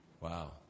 Wow